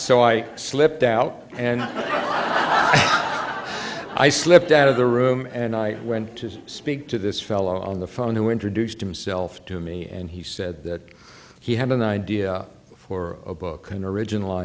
so i slipped out and i slipped out of the room and i went to speak to this fellow on the phone who introduced himself to me and he said that he had an idea for a book an original